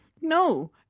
no